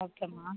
ஓகேம்மா